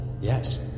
Yes